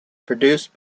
produced